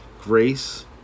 grace